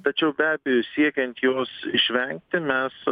tačiau be abejo siekiant jos išvengti mes